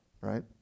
right